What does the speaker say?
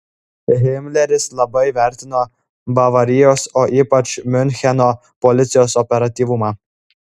himleris labai vertino bavarijos o ypač miuncheno policijos operatyvumą